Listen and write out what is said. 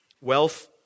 Wealth